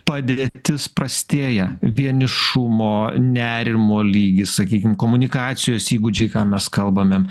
padėtis prastėja vienišumo nerimo lygis sakykim komunikacijos įgūdžiai ką mes kalbame